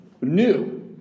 new